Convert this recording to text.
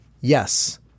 Yes